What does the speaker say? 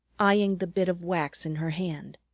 eyeing the bit of wax in her hand.